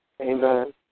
Amen